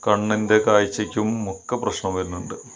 കണ്ണിൻ്റെ കാഴ്ച്ചയ്ക്കും ഒക്കെ പ്രശ്നം വരുന്നുണ്ട്